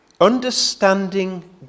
understanding